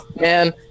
man